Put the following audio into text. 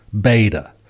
beta